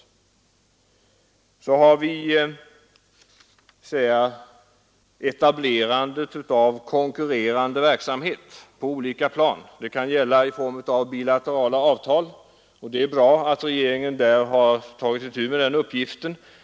beroende av multinationella företag, Så har vi etablerandet av konkurrerande verksamhet på olika plan. Det kan gälla bilaterala avtal, och det är bra att regeringen tar itu med den uppgiften.